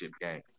game